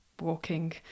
walking